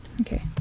Okay